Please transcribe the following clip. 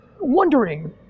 wondering